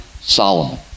Solomon